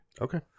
Okay